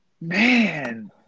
Man